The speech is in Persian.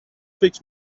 فکر